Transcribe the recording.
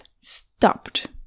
stopped